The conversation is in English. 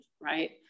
right